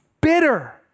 bitter